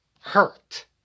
hurt